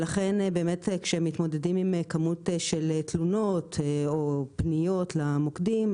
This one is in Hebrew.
לכן כשמתמודדים עם כמות של תלונות או פניות למוקדים,